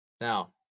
Now